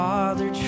Father